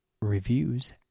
reviews